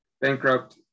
bankrupt